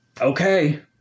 okay